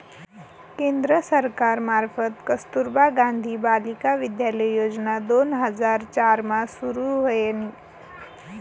केंद्र सरकार मार्फत कस्तुरबा गांधी बालिका विद्यालय योजना दोन हजार चार मा सुरू व्हयनी